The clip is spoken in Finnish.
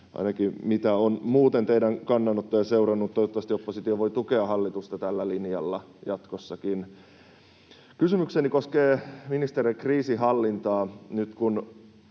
ainakin mitä olen muuten teidän kannanottojanne seurannut. Toivottavasti oppositio voi tukea hallitusta tällä linjalla jatkossakin. Kysymykseni koskee, ministeri, kriisinhallintaa